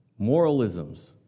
moralisms